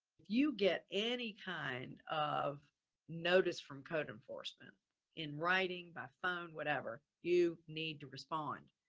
if you get any kind of notice from code enforcement in writing by phone, whatever you need to respond,